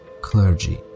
clergy